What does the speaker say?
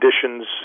conditions